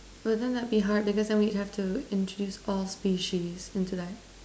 but then it would be hard because then we'd have to introduce all species into that